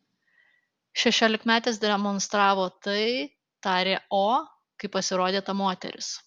šešiolikmetis demonstravo tai tarė o kai pasirodė ta moteris